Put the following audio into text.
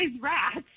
rats